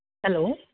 hello